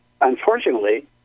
Unfortunately